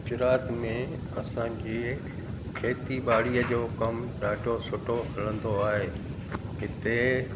गुजरात में असांजे खेती ॿाड़ीअ जो कमु ॾाढो सुठो हलंदो आहे किथे